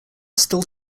still